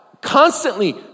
Constantly